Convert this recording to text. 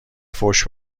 فحش